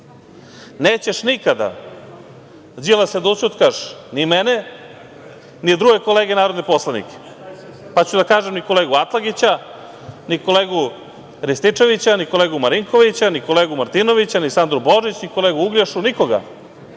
nećeš nikada, Đilase, da ućutkaš ni mene, ni druge kolege narodne poslanike, pa ću da kažem ni kolegu Atlagića, ni kolegu Rističevića, ni kolegu Marinkovića, ni kolegu Martinovića, ni Sandru Božić, ni kolegu Uglješu, nikoga.